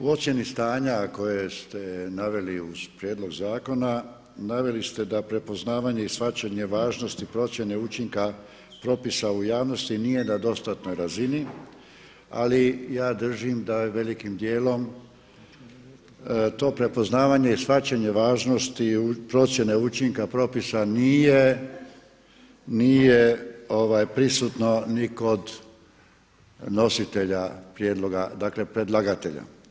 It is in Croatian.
U ocjeni stanja koje ste naveli uz prijedlog zakona, naveli ste da prepoznavanje i shvaćanje važnosti procjene učinka propisa u javnosti nije na dostatnoj razini, ali ja držim da je velikim dijelom to prepoznavanje i shvaćanje važnosti procjene učinka propisa nije prisutno ni kod nositelja prijedloga, dakle predlagatelja.